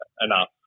enough